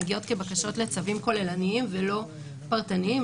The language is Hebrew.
הן מגיעות כבקשות לצווים כוללניים ולא פרטניים,